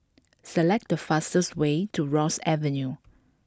select the fastest way to Ross Avenue